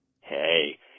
Hey